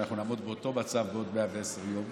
שנעמוד באותו מצב בעוד 110 יום,